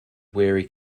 weary